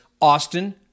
Austin